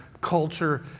culture